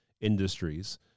industries